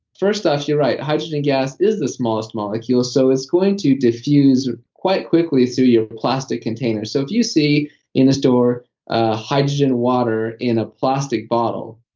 first off, you're right, hydrogen gas is the smallest molecule, so it's going to diffuse quite quickly through your plastic container, so if you see in a store ah hydrogen water in a plastic bottle,